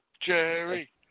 Jerry